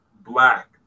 black